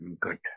Good